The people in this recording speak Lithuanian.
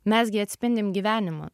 mes gi atspindim gyvenimą